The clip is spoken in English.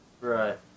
right